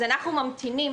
אז אנחנו ממתינים,